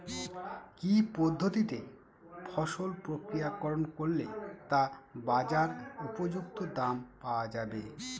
কি পদ্ধতিতে ফসল প্রক্রিয়াকরণ করলে তা বাজার উপযুক্ত দাম পাওয়া যাবে?